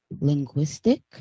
linguistic